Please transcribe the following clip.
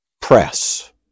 press